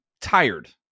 tired